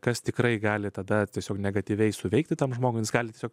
kas tikrai gali tada tiesiog negatyviai suveikti tam žmogui kalcio